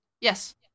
Yes